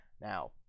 Now